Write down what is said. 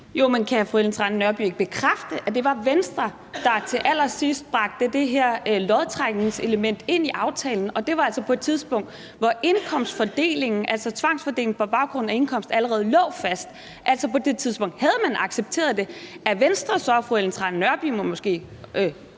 Jo, men kan fru Ellen Trane Nørby bekræfte, at det var Venstre, der til allersidst bragte det her lodtrækningselement ind i aftalen? Og det var altså på et tidspunkt, hvor indkomstfordelingen, altså tvangsfordeling på baggrund af indkomst, allerede lå fast – på det tidspunkt havde man altså accepteret det. At Venstre – og måske